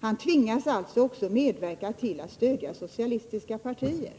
Han tvingas alltså att också medverka till att stödja socialistiska partier.